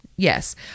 Yes